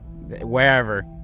wherever